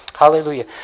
Hallelujah